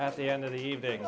at the end of the evening